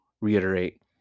reiterate